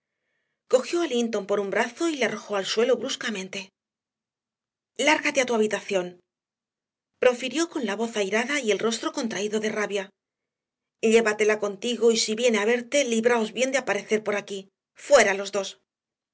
cogió a linton por un brazo y le arrojó al suelo bruscamente lárgate a tu habitación profirió con la voz airada y el rostro contraído de rabia llévatela contigo y si viene a verte libraos bien de aparecer por aquí fuera los dos